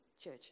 church